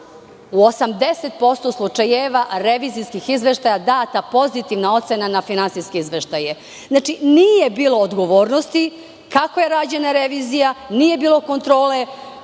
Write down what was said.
u 80% slučajeva revizijskih izveštaja data pozitivna ocena na finansijske izveštaje. Nije bilo odgovornosti kako je rađena revizija, nije bilo kontrole